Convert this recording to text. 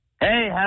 Hey